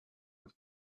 with